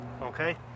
okay